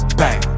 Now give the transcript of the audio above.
bang